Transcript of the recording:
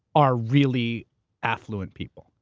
are really affluent people.